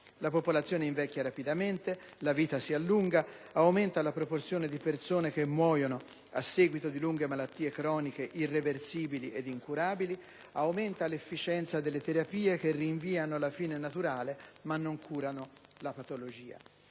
La popolazione invecchia rapidamente; la vita si allunga; aumenta la proporzione di persone che muoiono a seguito di lunghe malattie croniche irreversibili ed incurabili; aumenta l'efficienza delle terapie che rinviano la fine naturale ma non curano la patologia.